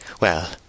Well